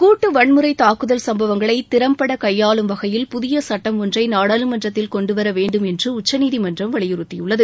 கூட்டு வன்முறை தாக்குதல் சம்பவங்களை திறம்பட கையாளும் வகையில் புதிய சட்டம் ஒன்றை நாடாளுமன்றத்தில் கொண்டு வர வேண்டும் என்று உச்சநீதிமன்றம் வலியுறுத்தியுள்ளது